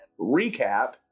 Recap